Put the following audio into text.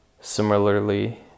similarly